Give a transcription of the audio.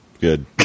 Good